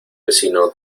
vecino